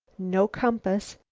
no compass,